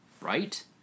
right